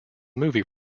movie